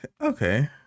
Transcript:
Okay